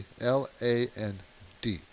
L-A-N-D